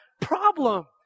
problem